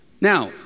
now